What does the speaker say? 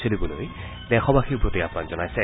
চলিবলৈ দেশবাসীৰ প্ৰতি আহ্বান জনাইছে